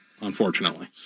Unfortunately